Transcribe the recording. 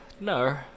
No